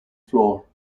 floor